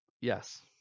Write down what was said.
Yes